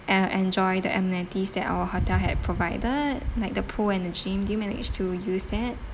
uh enjoy the amenities that our hotel had provided like the pool and the gym did you manage to use that